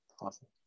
Awesome